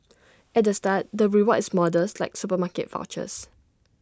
at the start the reward is modest like supermarket vouchers